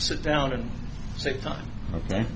sit down and take time ok